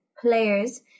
players